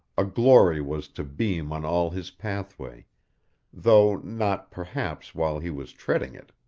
a glory was to beam on all his pathway though not, perhaps, while he was treading it.